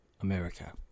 America